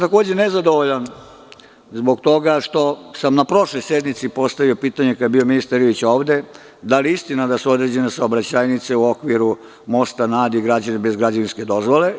Takođe sam nezadovoljan zbog toga što sam na prošloj sednici postavio pitanje, kada je bio ministar Ilić ovde, da li je istina da su određene saobraćajnice u okviru Mosta na Adi građene bez građevinske dozvole?